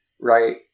Right